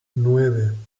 nueve